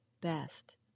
best